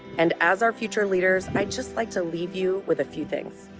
and as our future leaders, i'd just like to leave you with a few things.